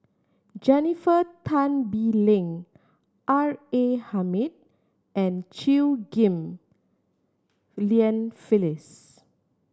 Jennifer Tan Bee Leng R A Hamid and Chew Ghim Lian Phyllis